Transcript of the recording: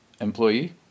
employee